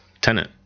tenant